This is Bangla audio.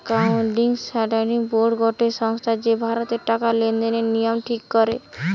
একাউন্টিং স্ট্যান্ডার্ড বোর্ড গটে সংস্থা যে ভারতের টাকা লেনদেনের নিয়ম ঠিক করে